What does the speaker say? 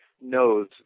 knows